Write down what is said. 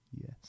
Yes